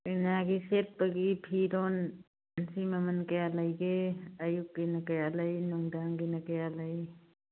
ꯀꯩꯅꯥꯒꯤ ꯁꯦꯠꯄꯒꯤ ꯐꯤꯔꯣꯜꯁꯤ ꯃꯃꯜ ꯀꯌꯥ ꯂꯩꯒꯦ ꯑꯌꯨꯛꯀꯤꯅ ꯀꯌꯥ ꯂꯩ ꯅꯨꯡꯗꯥꯡꯒꯤꯅ ꯀꯌꯥ ꯂꯩ